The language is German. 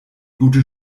gute